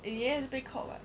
in the end it's being caught [what]